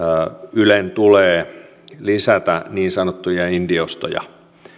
ylen tulee lisätä niin sanottuja indie ostoja